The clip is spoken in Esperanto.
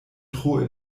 tro